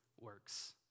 works